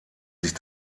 sich